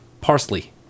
Parsley